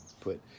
put